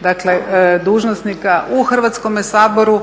dakle dužnosnika u Hrvatskome saboru